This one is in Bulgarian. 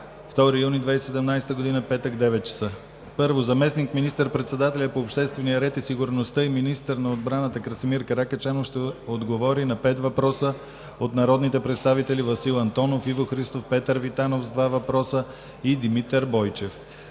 2 юни 2017 г., петък, 9,00 ч.: 1. Заместник министър-председателят по обществения ред и сигурността и министър на отбраната Красимир Каракачанов ще отговори на пет въпроса от народните представители Васил Антонов; Иво Христов; Петър Витанов (два въпроса); и Димитър Бойчев.